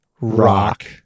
rock